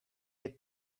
had